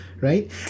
right